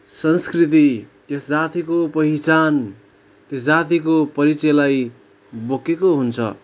संस्कृति त्यस जातिको पहिचान त्यस जातिको परिचयलाई बोकेको हुन्छ